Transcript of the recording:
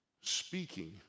Speaking